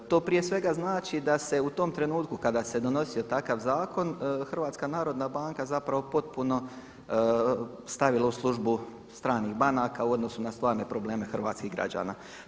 To prije svega znači da se u tom trenutku kada se donosio takav zakon HNB zapravo potpuno stavila u službu stranih banaka u odnosu na stvarne probleme hrvatskih građana.